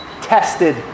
Tested